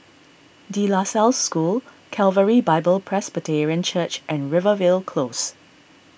De La Salle School Calvary Bible Presbyterian Church and Rivervale Close